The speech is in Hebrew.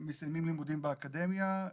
מסיימים לימודים באקדמיה,